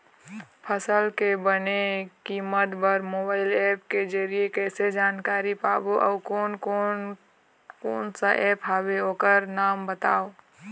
फसल के बने कीमत बर मोबाइल ऐप के जरिए कैसे जानकारी पाबो अउ कोन कौन कोन सा ऐप हवे ओकर नाम बताव?